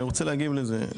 אני רוצה להגיב לזה.